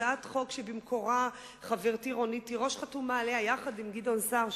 הצעת חוק שבמקורה חברתי רונית תירוש חתומה עליה יחד עם גדעון סער,